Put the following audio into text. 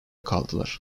kaldılar